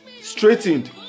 straightened